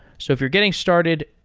so if you're getting started,